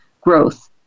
growth